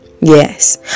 Yes